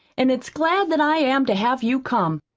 an' it's glad that i am to have you come!